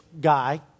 guy